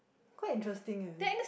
quite interesting eh